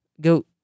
go